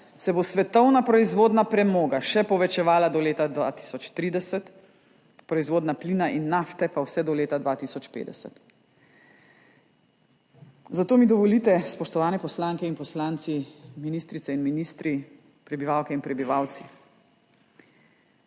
se bo svetovna proizvodnja premoga še povečevala do leta 2030, proizvodnja plina in nafte pa vse do leta 2050. Zato mi dovolite, spoštovani poslanke in poslanci, ministrice in ministri, prebivalke in prebivalci,